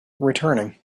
returning